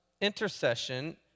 Intercession